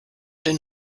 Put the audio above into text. den